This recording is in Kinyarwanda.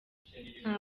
nta